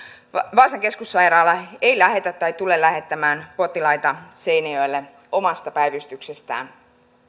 vaasan keskussairaala ei lähetä tai tule lähettämään potilaita seinäjoelle omasta päivystyksestään